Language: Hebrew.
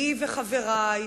אני וחברי,